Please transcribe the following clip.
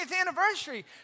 anniversary